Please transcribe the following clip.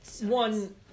one